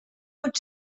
pot